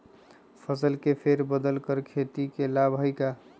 फसल के फेर बदल कर खेती के लाभ है का?